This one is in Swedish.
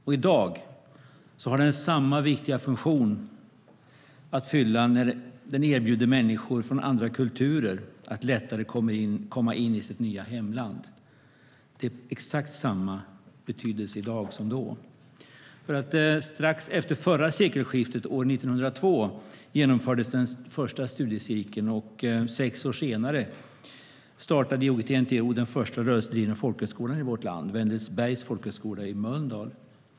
I dag har folkbildningen samma viktiga funktion att fylla när den erbjuder människor från andra kulturer en möjlighet att lättare komma in i sitt nya hemland. Det är exakt samma betydelse i dag som då. Strax efter förra sekelskiftet, 1902, genomfördes den första studiecirkeln. Sex år senare startade IOGT-NTO den första rörelsedrivna folkhögskolan i vårt land, Wendelsbergs folkhögskola i Mölndal.